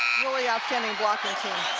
really outstanding boking team.